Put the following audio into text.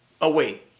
away